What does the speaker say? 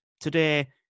today